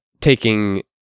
taking